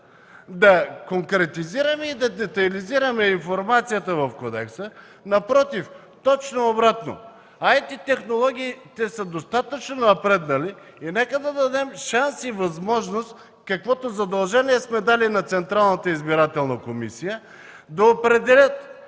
да конкретизираме и да детайлизираме информацията в Кодекса. Напротив, точно обратно. IT-технологиите са достатъчно напреднали. Нека да дадем шанс и възможност, каквото задължение сме дали на Централната избирателна комисия, да определя